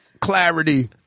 clarity